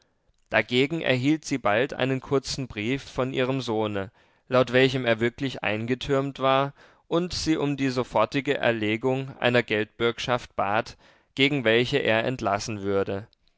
dagegen erhielt sie bald einen kurzen brief von ihrem sohne laut welchem er wirklich eingetürmt war und sie um die sofortige erlegung einer geldbürgschaft bat gegen welche er entlassen würde